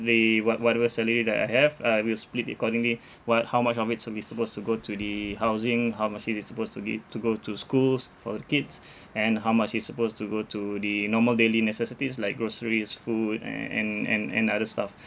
the what~ whatever salary that I have uh I will split it accordingly what how much of it should be supposed to go to the housing how much is it supposed to be to go to schools for the kids and how much is supposed to go to the normal daily necessities like groceries food a~ and and and other stuff